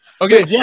Okay